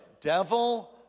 devil